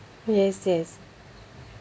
yes yes